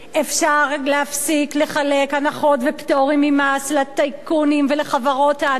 אפשר להפסיק לחלק הנחות ופטורים ממס לטייקונים ולחברות הענק.